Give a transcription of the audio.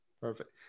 Perfect